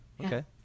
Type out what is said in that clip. okay